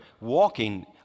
walking